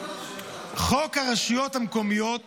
חוק הרשויות המקומיות